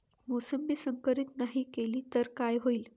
मोसंबी संकरित नाही केली तर काय होईल?